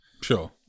Sure